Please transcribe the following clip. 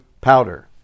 powder